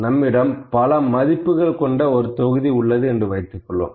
நம்மிடம் பல மதிப்புகள் கொண்ட ஒரு தொகுதி உள்ளது என்று வைத்துக் கொள்வோம்